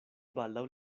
baldaŭ